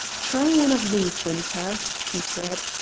try one of these, winter, he said.